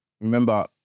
Remember